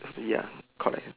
ya correct